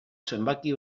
zenbaki